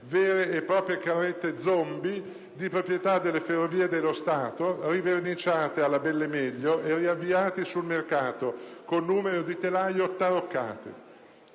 vere e proprie carrette zombie di proprietà delle Ferrovie dello Stato, riverniciate alla bell'e meglio e riavviate sul mercato con numeri di telaio taroccati.